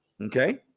Okay